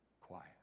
quiet